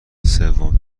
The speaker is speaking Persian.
سوم